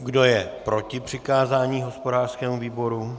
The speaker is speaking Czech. Kdo je proti přikázání hospodářskému výboru?